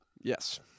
Yes